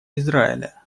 израиля